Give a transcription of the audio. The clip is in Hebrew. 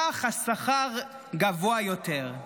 כך השכר גבוה יותר.